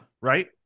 Right